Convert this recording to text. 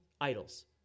idols